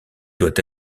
doit